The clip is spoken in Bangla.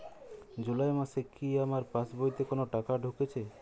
জুলাই মাসে কি আমার পাসবইতে কোনো টাকা ঢুকেছে?